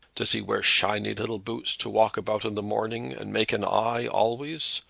does he wear shiny little boots to walk about in de morning, and make an eye always?